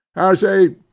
as a